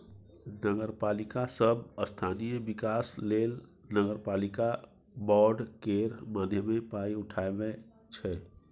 नगरपालिका सब स्थानीय बिकास लेल नगरपालिका बॉड केर माध्यमे पाइ उठाबै छै